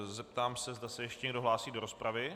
Zeptám se, zda se ještě někdo hlásí do rozpravy.